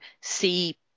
see